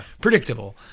predictable